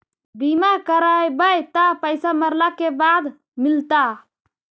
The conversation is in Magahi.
बिमा करैबैय त पैसा मरला के बाद मिलता?